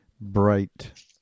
bright